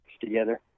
together